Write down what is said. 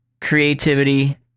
creativity